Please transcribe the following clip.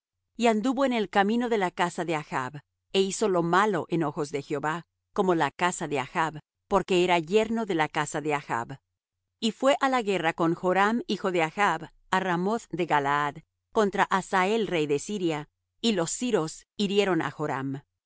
y anduvo en el camino de la casa de achb é hizo lo malo en ojos de jehová como la casa de achb porque era yerno de la casa de achb y fué á la guerra con joram hijo de achb á ramoth de galaad contra hazael rey de siria y los siros hirieron á joram y